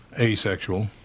Asexual